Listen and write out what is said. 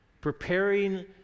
preparing